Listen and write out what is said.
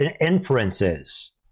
inferences